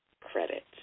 credit